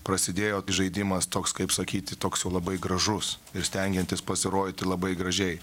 prasidėjo įžaidimas toks kaip sakyti toks jau labai gražus ir stengiantis pasirodyti labai gražiai